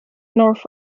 north